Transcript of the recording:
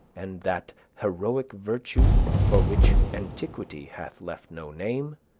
and that heroic virtue for which antiquity hath left no name,